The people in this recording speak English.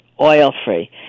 oil-free